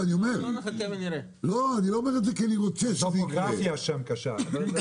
אני לא אומר את זה כי אני רוצה שזה יקרה.